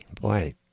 Boy